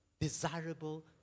desirable